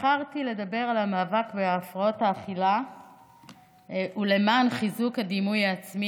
בחרתי לדבר על המאבק בהפרעות אכילה ולמען חיזוק הדימוי העצמי.